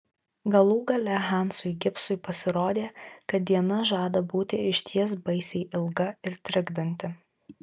galų gale hansui gibsui pasirodė kad diena žada būti išties baisiai ilga ir trikdanti